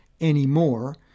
anymore